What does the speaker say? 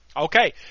Okay